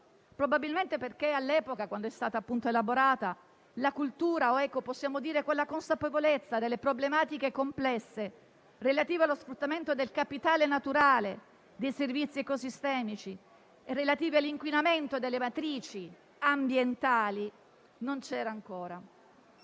Probabilmente perché all'epoca, quando è stata elaborata, la cultura o, possiamo dire, la consapevolezza delle problematiche complesse relative allo sfruttamento del capitale naturale dei servizi ecosistemici relativi all'inquinamento delle matrici ambientali, non c'era ancora.